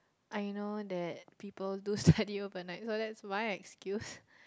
I know that people do study overnight so that's mine excuse